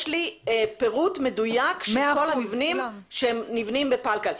פירוט מדויק של כל המבנים שנבנו בפלקל?